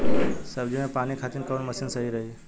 सब्जी में पानी खातिन कवन मशीन सही रही?